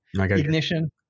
Ignition